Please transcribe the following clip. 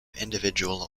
individual